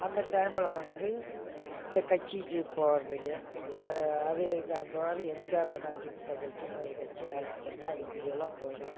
அந்த டைமில் வந்து இந்த கட்சிக்கு போகிறதுக்கு இந்த அது இந்த அந்த மாதிரி M G R Anna DMK கட்சின்னு ஒரு கட்சி ஆரம்பித்தாங்க அதுக்குள்ளே எல்லாம் போனோம்